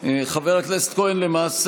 חמש הצבעות, כפי שנקבע בהחלטה.